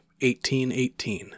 1818